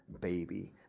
baby